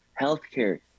healthcare